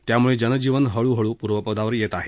त्यामुळे जनजीवन हळहळू पूर्वपदावर येत आहे